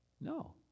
No